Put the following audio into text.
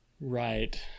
Right